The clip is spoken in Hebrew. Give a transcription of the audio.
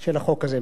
של החוק הזה,